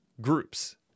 groups